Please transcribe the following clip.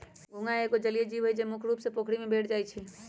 घोंघा एगो जलिये जीव हइ, जे मुख्य रुप से पोखरि में भेंट जाइ छै